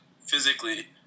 physically